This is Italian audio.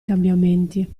cambiamenti